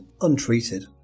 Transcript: untreated